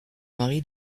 mari